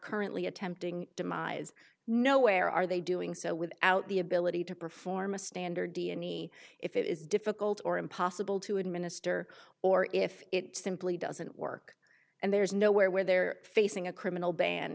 currently attempting demise nowhere are they doing so without the ability to perform a standard d n e if it is difficult or impossible to administer or if it simply doesn't work and there's nowhere where they're facing a criminal ban